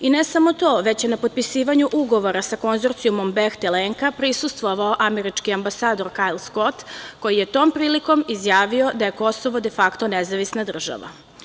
Ne samo to, već je na potpisivanju ugovora sa konzorcijumom "Behtel- Enka" prisustvovao američki ambasador Kajl Skot, koji je tom prilikom izjavio da je Kosovo de fakto nezavisna država.